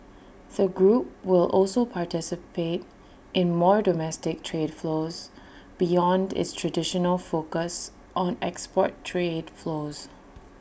the group will also participate in more domestic trade flows beyond its traditional focus on export trade flows